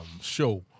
show